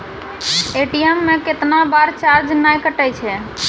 ATM से कैतना बार चार्ज नैय कटै छै?